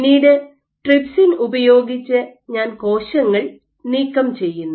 പിന്നീട് ട്രിപ്സിൻ ഉപയോഗിച്ച് ഞാൻ കോശങ്ങൾ നീക്കംചെയ്യുന്നു